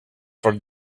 for